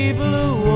blue